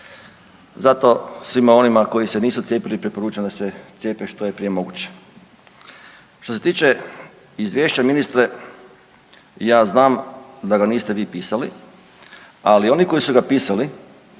Zato svima onima koji se nisu cijepili preporučam da se cijepe što je prije moguće. Što se tiče izvješća ministre ja znam da ga niste vi pisali, ali oni koji su ga pisali,